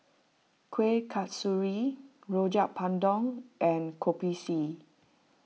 Kuih Kasturi Rojak Bandung and Kopi C